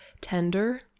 tender